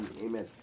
Amen